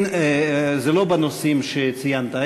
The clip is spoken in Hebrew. זה לא בנושאים שציינת.